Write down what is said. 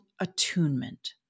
attunement